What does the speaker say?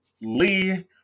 Lee